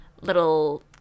little